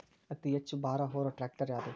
ಅತಿ ಹೆಚ್ಚ ಭಾರ ಹೊರು ಟ್ರ್ಯಾಕ್ಟರ್ ಯಾದು?